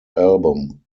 album